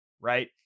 right